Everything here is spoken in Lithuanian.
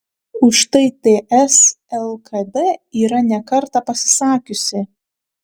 už tai ts lkd yra ne kartą pasisakiusi